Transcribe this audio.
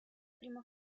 primo